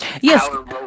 yes